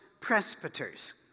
presbyters